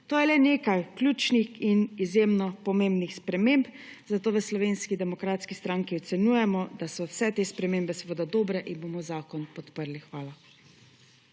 To je le nekaj ključnih in izjemno pomembnih sprememb, zato v Slovenski demokratski stranki ocenjujemo, da so vse te spremembe seveda dobre in bomo zakon podprli. Hvala.